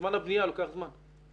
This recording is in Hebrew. זמן הבנייה לוקח זמן.